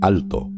Alto